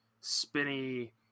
spinny